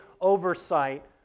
oversight